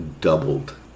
doubled